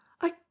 I